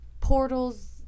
portals